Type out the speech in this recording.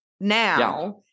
now